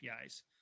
apis